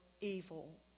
evil